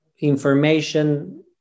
information